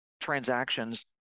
transactions